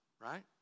Right